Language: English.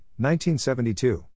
1972